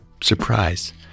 surprise